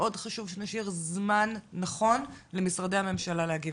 מאוד חשוב שנשאיר זמן נכון למשרדי הממשלה להגיב.